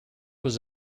was